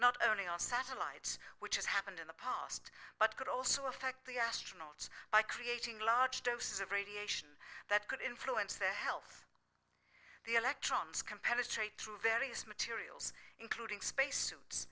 not only our satellites which happened in the past but could also affect the astronauts by creating large doses of radiation that could influence the health of the electrons competitor through various materials including space suits